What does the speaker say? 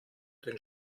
den